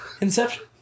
Inception